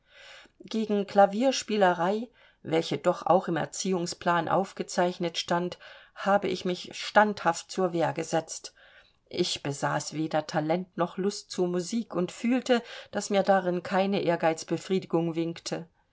gegen klavierspielerei welche doch auch im erziehungsplan aufgezeichnet stand habe ich mich standhaft zur wehr gesetzt ich besaß weder talent noch lust zur musik und fühlte daß mir darin keine ehrgeizbefriedigung winkte